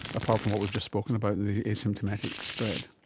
apart from what we've just spoken about, the asymptomatic spread?